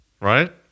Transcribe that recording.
right